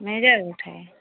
major road है